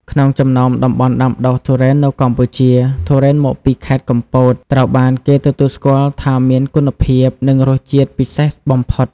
ក្នុងចំណោមតំបន់ដាំដុះទុរេននៅកម្ពុជា ទុរេនមកពី ខេត្តកំពត ត្រូវបានគេទទួលស្គាល់ថាមានគុណភាពនិងរសជាតិពិសេសបំផុត។